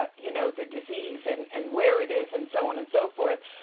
you know, the disease and and where it is and so on and so forth,